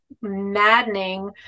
maddening